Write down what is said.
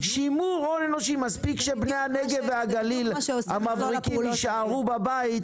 מספיק שבני הנגב והגליל המבריקים יישארו בבית,